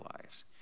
lives